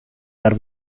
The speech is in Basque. behar